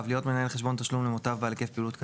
להיות מנהל חשבון תשלום למוטב בעל היקף פעילות קטן,